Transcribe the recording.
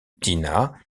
dina